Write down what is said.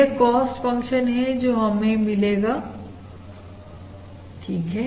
यह cost function है जो हमें मिलेगा ठीक है